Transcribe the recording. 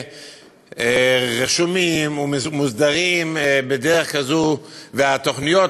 רשומים או מוסדרים בדרך כזו והתוכניות,